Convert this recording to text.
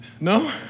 No